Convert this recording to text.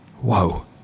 Whoa